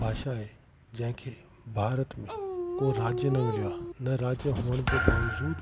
भाषा आहे जंहिंखे भारत में को राज्य न मिलियो आहे न राज्य हुजण जे बावजूदि